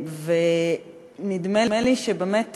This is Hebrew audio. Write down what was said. ונדמה לי שבאמת,